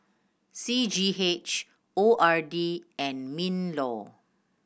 C G H O R D and MinLaw